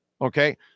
okay